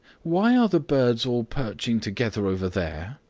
why are the birds all perching together over there?